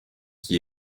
qui